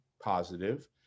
positive